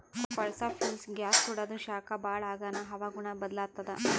ಕೊಳಸಾ fuels gas ಸುಡಾದು ಶಾಖ ಭಾಳ್ ಆಗಾನ ಹವಾಗುಣ ಬದಲಾತ್ತದ